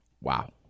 Wow